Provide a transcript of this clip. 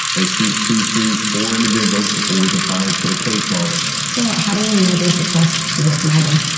they shoot two, three, four individuals before we can finally put a case on them. so how do you measure success with nibin?